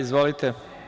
Izvolite.